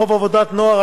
בחוק עבודת הנוער,